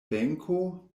benko